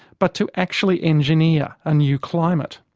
but to actually engineer a new climate.